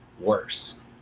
worse